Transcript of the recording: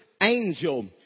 angel